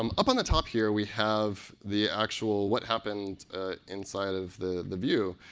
um up on the top here, we have the actual what happened inside of the the view.